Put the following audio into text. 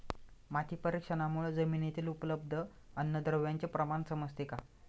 माती परीक्षणामुळे जमिनीतील उपलब्ध अन्नद्रव्यांचे प्रमाण समजते का?